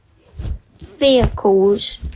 Vehicles